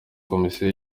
komisiyo